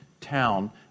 town